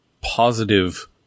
positive